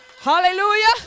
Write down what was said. Hallelujah